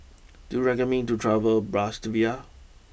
do you recommend me to travel to Bratislava